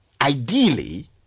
Ideally